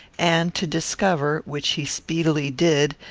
and to discover, which he speedily did,